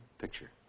picture